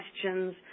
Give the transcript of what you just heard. questions